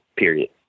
Period